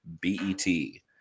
b-e-t